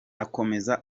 akomeza